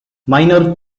minor